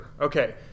Okay